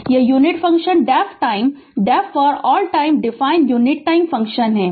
तो यह unit function def time def for all time define unit time function है